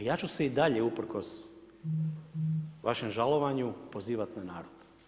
A ja ću se i dalje uprkos vašem žalovanju pozivati na narod.